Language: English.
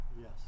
yes